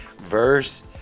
verse